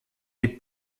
les